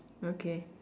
okay